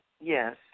Yes